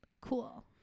Cool